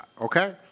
Okay